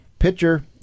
pitcher